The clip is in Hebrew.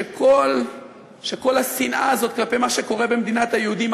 שכל השנאה הזאת כלפי מה שקורה במדינת היהודים,